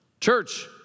Church